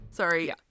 Sorry